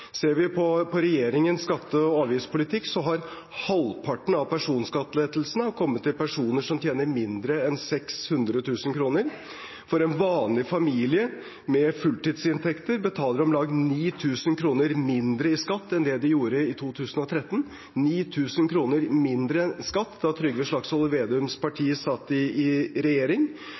Ser vi på regjeringens skatte- og avgiftspolitikk, har halvparten av personskattelettelsene kommet til personer som tjener mindre enn 600 000 kr. En vanlig familie med fulltidsinntekter betaler om lag 9 000 kr mindre i skatt enn de gjorde i 2013 – 9000 kr mindre i skatt enn da Trygve Slagsvold Vedums parti satt i regjering.